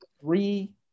three